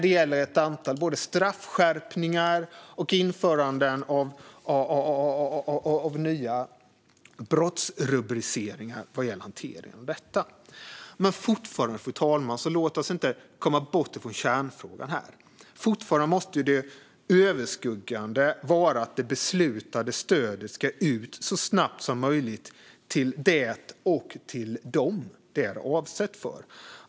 Det gäller ett antal straffskärpningar och införanden av nya brottsrubriceringar vad gäller hanteringen av detta. Fru talman! Låt oss inte komma bort från kärnfrågan. Det överskuggande måste fortfarande vara att det beslutade stödet ska ut så snabbt som möjligt till det och till dem som det är avsett för.